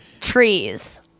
trees